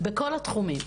בכל התחומים.